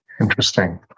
Interesting